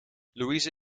louise